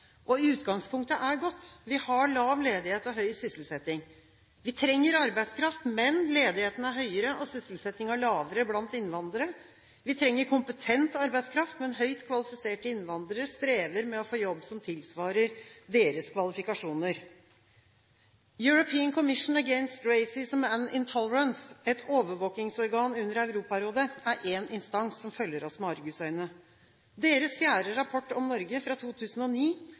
Utgangspunktet er godt. Vi har lav ledighet og høy sysselsetting. Vi trenger arbeidskraft, men ledigheten er høyere og sysselsettingen lavere blant innvandrere. Vi trenger kompetent arbeidskraft, men høyt kvalifiserte innvandrere strever med å få jobb som tilsvarer deres kvalifikasjoner. European Commission against Racism and Intolerance – et overvåkingsorgan under Europarådet – er én instans som følger oss med argusøyne. Deres fjerde rapport om Norge, fra 2009,